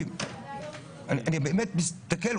אני באמת מסתכל,